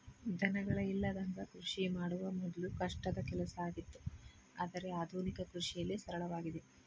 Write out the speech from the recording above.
ದನಗಳ ಇಲ್ಲದಂಗ ಕೃಷಿ ಮಾಡುದ ಮೊದ್ಲು ಕಷ್ಟದ ಕೆಲಸ ಆಗಿತ್ತು ಆದ್ರೆ ಆದುನಿಕ ಕೃಷಿಯಲ್ಲಿ ಸರಳವಾಗಿದೆ